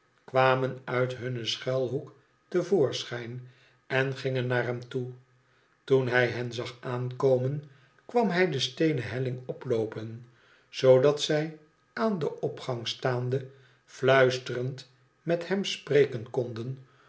kwamen uit hun schuilhoek te voorschijn en gingen naar hem toe toen hij hen zag aankomen kwam hij de steenen helling oploopen zoodat zij aan den opgang staande fluisterend met hem spreken konden